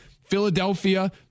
Philadelphia